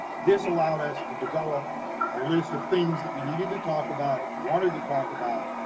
this allowed us to develop a list of things that we needed to talk about, wanted to talk about,